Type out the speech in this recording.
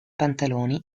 pantaloni